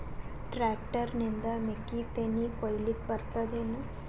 Tractor ನಿಂದ ಮೆಕ್ಕಿತೆನಿ ಕೊಯ್ಯಲಿಕ್ ಬರತದೆನ?